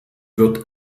wird